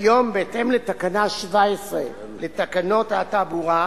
כיום, בהתאם לתקנה 17 לתקנות התעבורה,